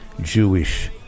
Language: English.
Jewish